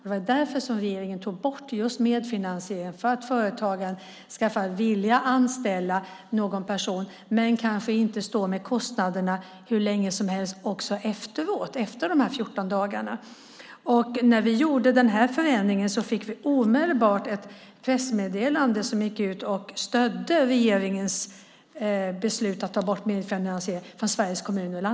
Det var därför regeringen tog bort just medfinansieringen - för att företagen ska vilja anställa någon person men inte stå med kostnaderna hur länge som helst också efter de 14 dagarna. När vi gjorde den förändringen fick vi omedelbart ett pressmeddelande från Sveriges Kommuner och Landsting där de gick ut och stödde regeringens beslut att ta bort medfinansieringen.